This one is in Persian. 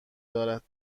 دارد